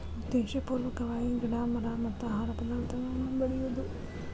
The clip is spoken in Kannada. ಉದ್ದೇಶಪೂರ್ವಕವಾಗಿ ಗಿಡಾ ಮರಾ ಮತ್ತ ಆಹಾರ ಪದಾರ್ಥಗಳನ್ನ ಬೆಳಿಯುದು